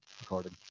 recording